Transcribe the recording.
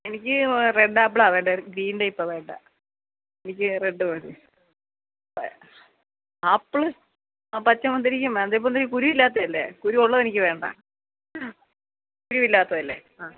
എനിക്ക് റെഡ് ആപ്പ്ളാ വേണ്ടെ ഗ്രീന് ടൈപ്പ് വേണ്ടാ എനിക്ക് റെഡ് മതി ആപ്പ്ള് ആ പച്ചമുന്തിരിങ്ങ മതി കുരു ഇല്ലാത്തതല്ലേ കുരു ഉള്ളത് എനിക്ക് വേണ്ട കുരു ഇല്ലാത്തതല്ലേ ആ